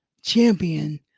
Champion